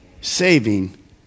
saving